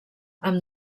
amb